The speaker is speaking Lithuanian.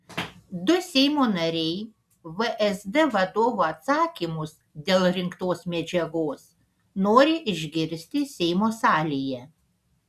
du seimo nariai vsd vadovo atsakymus dėl rinktos medžiagos nori išgirsti seimo salėje